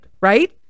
right